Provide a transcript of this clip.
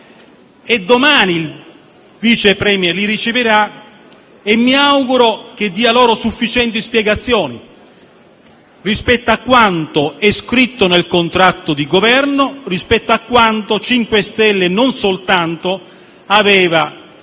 Domani il vice *premier* li riceverà e mi auguro dia loro sufficienti spiegazioni rispetto a quanto è scritto nel contratto di Governo e a quanto i 5 Stelle (e non soltanto) avevano